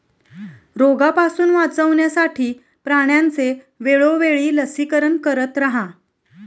रोगापासून वाचवण्यासाठी प्राण्यांचे वेळोवेळी लसीकरण करत रहा